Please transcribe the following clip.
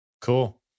Cool